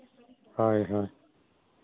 ᱦᱳᱭ ᱦᱳᱭ